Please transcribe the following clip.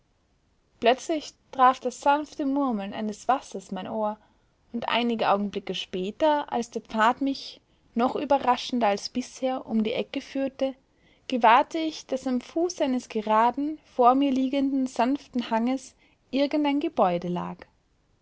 plötzlich traf das sanfte murmeln eines wassers mein ohr und einige augenblicke später als der pfad mich noch überraschender als bisher um die ecke führte gewahrte ich daß am fuße eines gerade vor mir liegenden sanften hanges irgendein gebäude lag